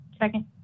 Second